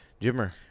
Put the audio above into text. Jimmer